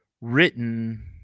written